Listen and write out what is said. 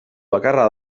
bakarra